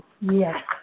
Yes